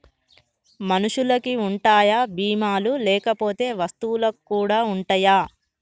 మనుషులకి ఉంటాయా బీమా లు లేకపోతే వస్తువులకు కూడా ఉంటయా?